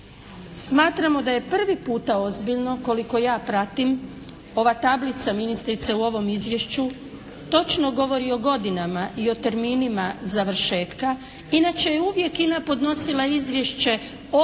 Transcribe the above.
Smatramo da je prvi puta ozbiljno, koliko ja pratim, ova tablica ministrice u ovom izvješću točno govori o godinama i o terminima završetka. Inače je uvijek INA podnosila izvješće od